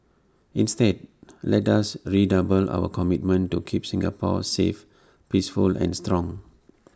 instead let us redouble our commitment to keep Singapore safe peaceful and strong